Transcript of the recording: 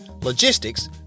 logistics